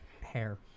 hair